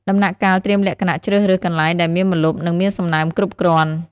ដំណាក់កាលត្រៀមលក្ខណៈជ្រើសរើសកន្លែងដែលមានម្លប់ និងមានសំណើមគ្រប់គ្រាន់។